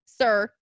sir